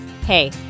Hey